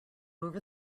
over